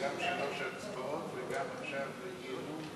גם שלוש הצבעות וגם עכשיו דיונים,